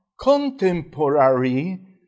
contemporary